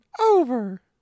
over